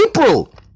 April